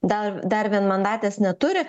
dar dar vienmandatės neturi